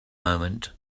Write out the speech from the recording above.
moment